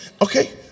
Okay